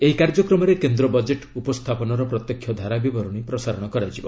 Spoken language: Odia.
ଏହି କାର୍ଯ୍ୟକ୍ରମରେ କେନ୍ଦ୍ର ବଜେଟ୍ ଉପସ୍ଥାପନର ପ୍ରତ୍ୟକ୍ଷ ଧାରାବିବରଣୀ ପ୍ରସାରଣ କରାଯିବ